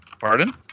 Pardon